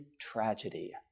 tragedy